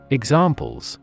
examples